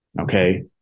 Okay